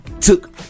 took